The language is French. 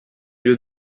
lieu